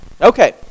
Okay